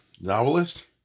novelist